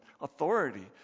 authority